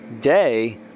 day